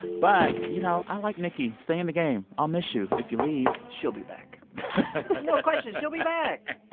but you know, i like nicki. stay in the game. i'll miss you if you leave she'll be back no question she'll be back,